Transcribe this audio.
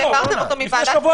העברתם אותו מוועדת שרים.